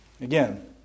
again